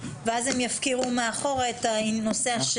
ואז הם יפקירו מאחורה את הנושא השני.